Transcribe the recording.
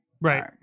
right